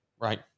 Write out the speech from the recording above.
Right